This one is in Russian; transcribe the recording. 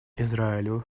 израилю